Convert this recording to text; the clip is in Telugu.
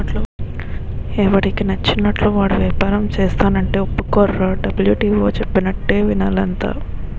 ఎవడికి నచ్చినట్లు వాడు ఏపారం సేస్తానంటే ఒప్పుకోర్రా డబ్ల్యు.టి.ఓ చెప్పినట్టే వినాలి అంతా